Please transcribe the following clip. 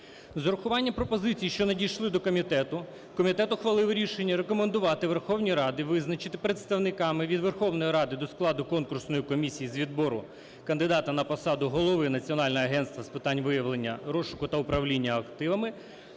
З врахуванням пропозицій, що надійшли від комітету, комітет ухвалив рішення рекомендувати Верховній Раді визначити представниками від Верховної Ради до складу конкурсної комісії з відбору кандидата на посаду Голови Національного агентства з питань виявлення, розшуку та управління активами,